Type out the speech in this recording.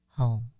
home